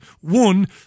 one